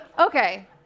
Okay